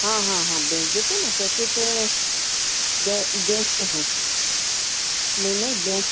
हाँ हाँ हाँ बेच देते ना पैकेट बेचते हैं नहीं नहीं बेच